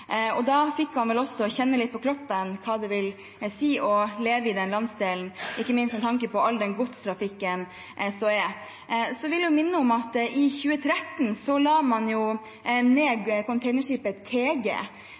Da fikk han vel kjenne litt på kroppen hva det vil si å leve i den landsdelen, ikke minst med tanke på all godstrafikken som er. Jeg vil minne om at i 2013 la man ned